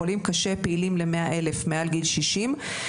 חולים קשה פעילים ל-100 אלף מעל גיל 60,